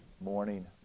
morning